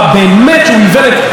באמת שהוא איוולת.